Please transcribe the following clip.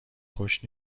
خوش